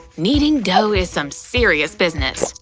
kneading dough is some serious business!